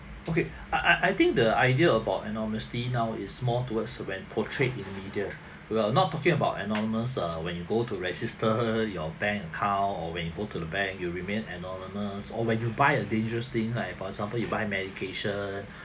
okay I I I think the idea about anonymity now is more towards when portrayed in media we are not talking about anonymous err when you go to register your bank account or when you go to the bank you will remain anonymous or when you buy a dangerous thing like for example you buy medication